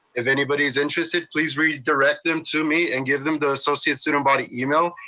if anybody's interested, please redirect them to me and give them the associate student body email,